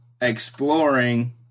exploring